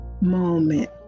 moment